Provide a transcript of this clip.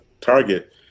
target